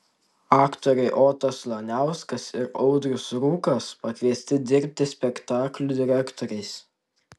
aktoriai otas laniauskas ir audrius rūkas pakviesti dirbti spektaklių direktoriais